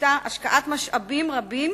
משמעותה השקעת משאבים רבים